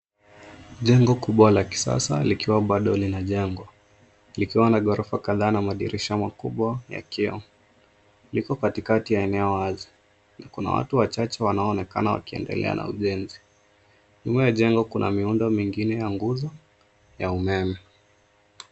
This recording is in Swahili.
Jengo kubwa la kisasa likiwa bado linajengwa. likiwa na ghorofa kadhaa na madirisha kubwa ya kioo. Liko katikati ya eneo wazi. Na kuna watu wachacha wanaonekana wakiendelea na ujenzi. Nyuma ya jengo kuna miundo mengine ya nguzo ya umeme.